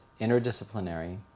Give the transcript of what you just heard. interdisciplinary